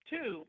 Two